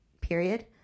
period